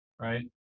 right